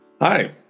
Hi